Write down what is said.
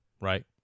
right